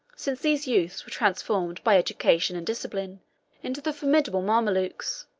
since these youths were transformed by education and discipline into the formidable mamalukes.